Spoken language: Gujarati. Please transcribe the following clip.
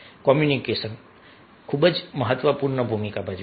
કોમ્યુનિકેશન ખૂબ જ મહત્વપૂર્ણ ભૂમિકા ભજવે છે